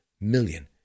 million